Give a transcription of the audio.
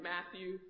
Matthew